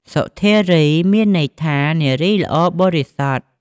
សុធារី មានន័យថានារីល្អបរិសុទ្ធ។